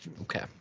Okay